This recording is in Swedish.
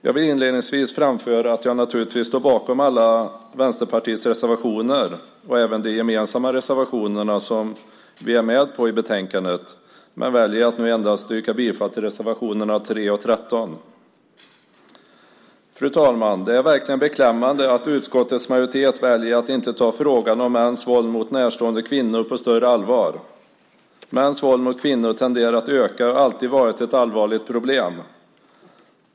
Jag vill inledningsvis framföra att jag naturligtvis står bakom alla Vänsterpartiets reservationer och även de gemensamma reservationer som vi är med på i betänkandet, men jag väljer att nu endast yrka bifall till reservationerna 3 och 13. Fru talman! Det är verkligen beklämmande att utskottets majoritet väljer att inte ta frågan om mäns våld mot närstående kvinnor på större allvar. Mäns våld mot kvinnor tenderar att öka, och har alltid varit ett allvarligt problem.